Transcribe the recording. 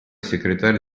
секретарь